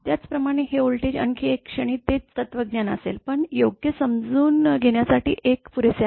त्याचप्रमाणे हे व्होल्टेज आणखी एका क्षणी तेच तत्त्वज्ञान असेल पण योग्य समजून घेण्यासाठी एक पुरेसे आहे